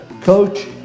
coach